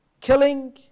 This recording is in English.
killing